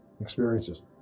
experiences